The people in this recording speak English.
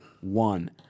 one